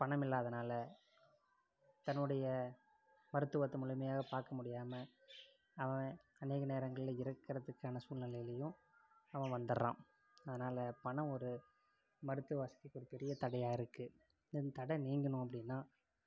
பணம் இல்லாததினால தன்னுடைய மருத்துவத்தை முழுமையாக பார்க்க முடியாமல் அவன் அநேக நேரங்களில் இருக்கிறத்துக்கான சூழ்நிலைலியும் அவன் வந்துடறான் அதுனால் பணம் ஒரு மருத்துவ வசதிக்கு ஒரு பெரிய தடையாக இருக்குது அதன் தடை நீங்கணும் அப்படின்னா